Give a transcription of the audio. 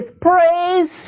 praise